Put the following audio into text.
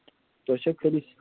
تۄہہِ چھُوا خٲلی